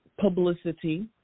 publicity